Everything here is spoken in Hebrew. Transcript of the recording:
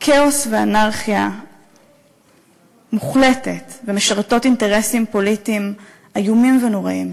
כאוס ואנרכיה מוחלטת ומשרתות אינטרסים פוליטיים איומים ונוראיים,